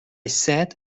said